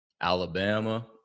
Alabama